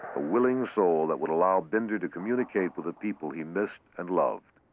a willing soul that would allow binder to communicate with the people he missed and loved.